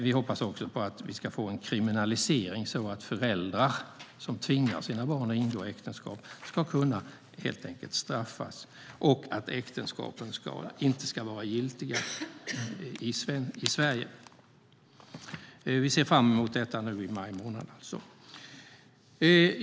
Vi hoppas också på att vi ska få en kriminalisering så att föräldrar som tvingar sina barn att ingå äktenskap helt enkelt ska kunna straffas och att äktenskapen inte ska vara giltiga i Sverige. Vi ser fram emot detta förslag i maj månad.